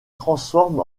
transforme